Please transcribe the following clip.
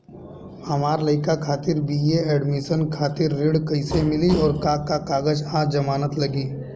हमार लइका खातिर बी.ए एडमिशन खातिर ऋण कइसे मिली और का का कागज आ जमानत लागी?